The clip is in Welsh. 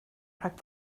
rhag